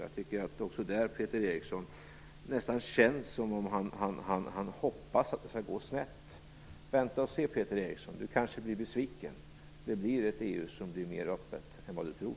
Jag tycker också där att det nästan känns som om Peter Eriksson hoppas att det skall gå snett. Vänta och se, Peter Eriksson. Du kanske blir besviken: Det blir ett EU som är mer öppet än vad du tror.